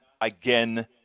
again